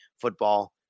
football